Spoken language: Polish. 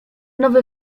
nowy